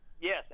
Yes